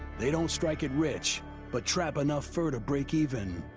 they don't strike it rich but trap enough fur to break even,